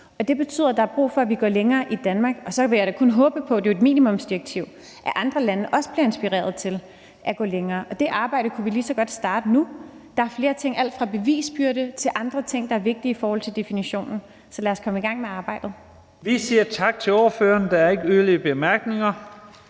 Det betyder, at der er brug for, at vi går længere i Danmark, og så vil jeg kun håbe på – det er jo et minimumsdirektiv – at andre lande også bliver inspireret til at gå længere. Det arbejde kunne vi lige så godt starte nu. Der er flere ting, alt fra bevisbyrde til andre ting, der er vigtige i forhold til definitionen. Så lad os komme i gang med arbejdet. Kl. 12:58 Første næstformand (Leif Lahn Jensen): Vi siger